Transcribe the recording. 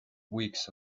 weeks